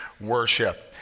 worship